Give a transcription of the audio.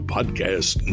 Podcast